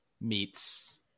meets